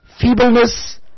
feebleness